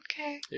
Okay